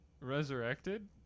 Resurrected